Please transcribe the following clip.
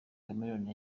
chameleone